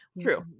True